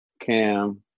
Cam